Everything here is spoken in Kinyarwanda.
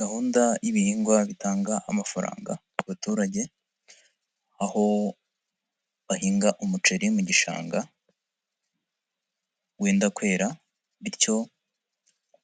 Gahunda y'ibihingwa bitanga amafaranga ku baturage, aho bahinga umuceri mu gishanga wenda kwera, bityo